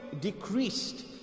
decreased